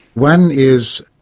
one is